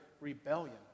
rebellion